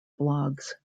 blogs